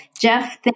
Jeff